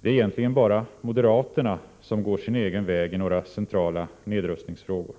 Det är egentligen bara moderaterna som går sin egen väg i några centrala nedrustningsfrågor.